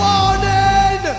Warning